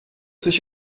sich